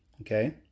Okay